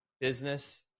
business